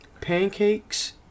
pancakes